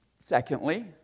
Secondly